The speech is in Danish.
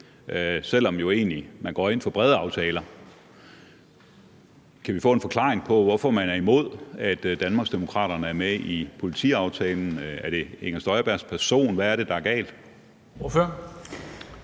egentlig går ind for brede aftaler. Kan vi få en forklaring på, hvorfor man er imod, at Danmarksdemokraterne er med i politiaftalen? Er det fru Inger Støjbergs person, eller hvad er det, der er galt?